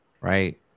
right